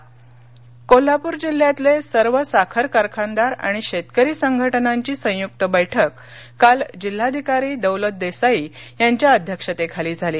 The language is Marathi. ऊस तोड कोल्हापूर जिल्ह्यातले सर्व साखर कारखानदार आणि शेतकरी संघटनांची संयुक्त बैठक काल जिल्हाधिकारी दौलत देसाई यांच्या अध्यक्षतेखाली झाली